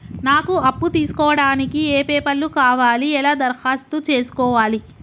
నాకు అప్పు తీసుకోవడానికి ఏ పేపర్లు కావాలి ఎలా దరఖాస్తు చేసుకోవాలి?